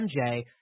MJ